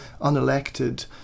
unelected